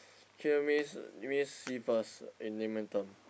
kiv means means see first in layman term